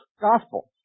Gospel